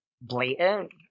blatant